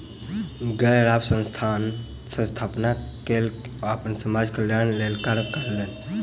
गैर लाभ संस्थानक स्थापना कय के ओ समाज कल्याण के लेल कार्य कयलैन